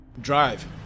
Drive